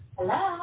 Hello